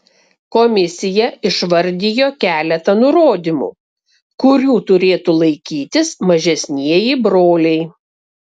komisija išvardijo keletą nurodymų kurių turėtų laikytis mažesnieji broliai